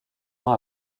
ans